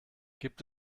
gibt